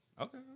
Okay